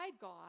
God